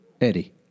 Eddie